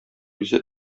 үзе